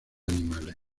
animales